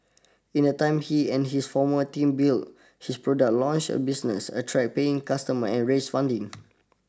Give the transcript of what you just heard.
in that time he and his former team built his product launched the business attract paying customers and raised funding